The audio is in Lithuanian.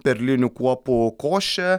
perlinių kuopų koše